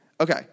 Okay